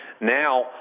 Now